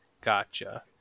Gotcha